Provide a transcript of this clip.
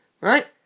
right